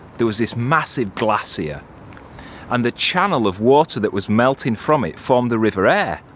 there was this massive glacier yeah and the channel of water that was melting from it formed the river aire.